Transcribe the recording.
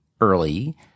early